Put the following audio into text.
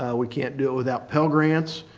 ah we can't do it without pell grants,